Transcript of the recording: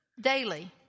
daily